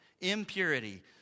impurity